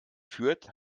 führt